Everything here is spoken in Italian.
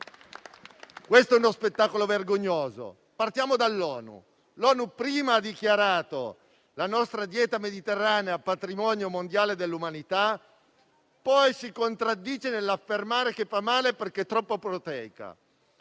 Vediamo uno spettacolo vergognoso: partiamo dall'ONU, che prima ha dichiarato la nostra dieta mediterranea patrimonio mondiale dell'umanità e poi si contraddice nell'affermare che fa male, perché troppo proteica.